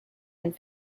and